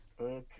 Okay